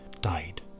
died